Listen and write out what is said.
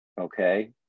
okay